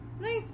nice